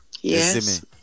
Yes